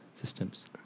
systems